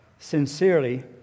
Sincerely